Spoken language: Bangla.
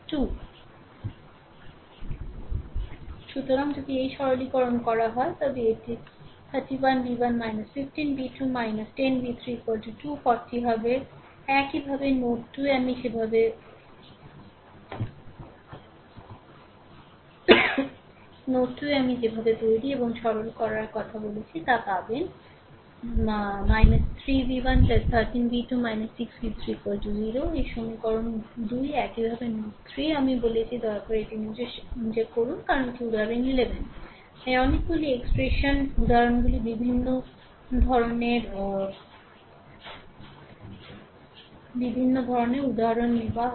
সুতরাং যদি সরলীকরণ করা হয় তবে এটি 31 V 1 15 V 2 10 V 3 2 40 হবে একইভাবে নোড 2 এ আমি যেভাবে তৈরি এবং সরল করার কথা বলেছি তা পাবেন 3 v1 13 v2 6 v3 0 এটি সমীকরণ 2 একইভাবে নোড 3 এ আমি বলেছি দয়া করে এটি নিজস্ব করুন কারণ এটি উদাহরণ 11 তাই অনেকগুলি এক্সপ্রেস লাইন উদাহরণগুলি বিভিন্ন ধরণের উদাহরণ দেওয়া হয়